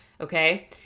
okay